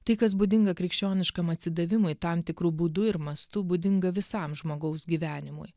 tai kas būdinga krikščioniškam atsidavimui tam tikru būdu ir mastu būdinga visam žmogaus gyvenimui